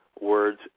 words